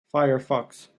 firefox